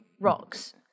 rocks